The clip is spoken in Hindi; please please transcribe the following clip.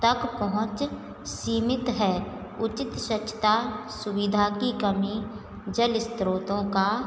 तक पहुँच सीमित है उचित स्वच्छता सुविधा की कमी जल स्रोतों का